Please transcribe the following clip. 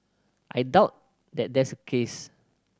I doubt that that's the case